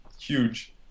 huge